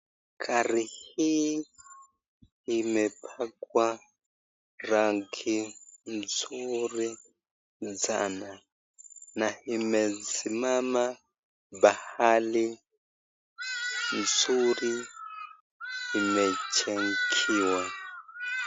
Gari hii imepakwa rangi mzuri sana, na imesimama pahali mzuri imejengewa.